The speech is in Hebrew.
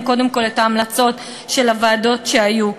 קודם כול את ההמלצות של הוועדות שהיו.